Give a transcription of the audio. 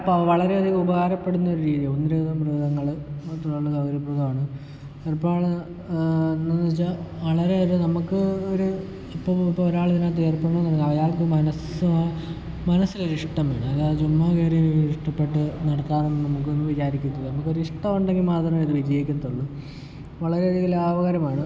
ഇപ്പോൾ വളരെ അധികം ഉപകാരപ്പെടുന്ന ഒരു രീതി ഒന്നിലധികം മൃഗങ്ങൾ സൗകര്യപ്രദമാണ് എന്ത് എന്ന് വെച്ചാൽ വളരെ അധികം നമുക്ക് ഒരു ഇപ്പോൾ ഇപ്പോൾ ഒരാൾ ഇതിനകത്ത് ഒരാൾ ഏർപ്പെടണം അയാൾക്ക് മനസ്സ് മനസ്സിലൊരു ഇഷ്ടം വേണം അല്ലാതെ ചുമ്മാതെ കയറിയങ്ങ് ഇഷ്ടപ്പെട്ട് നടത്താൻ ഒന്നും നമുക്ക് ഒന്നും നമുക്ക് ഒരു ഇഷ്ടം ഉണ്ടെങ്കിൽ മാത്രമേ ഇത് വിജയിക്കത്തുള്ളൂ വളരെ അധികം ലാഭകരമാണ്